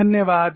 धन्यवाद